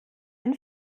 ein